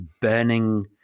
burning